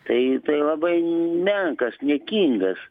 tai tai labai menkas niekingas